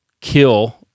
kill